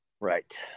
Right